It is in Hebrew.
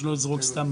שאני לא אזרוק סתם,